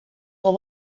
wel